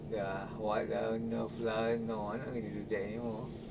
the what ah nerf lah no I'm not going to do that anymore